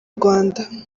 rwanda